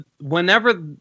whenever